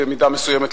במידה מסוימת,